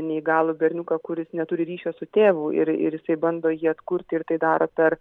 neįgalų berniuką kuris neturi ryšio su tėvu ir ir jisai bando jį atkurti ir tai daro per